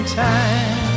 time